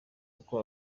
uko